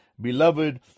beloved